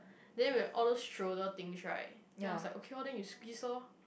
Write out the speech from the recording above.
then with all those stroller things right then I was like okay lor then you squeeze lor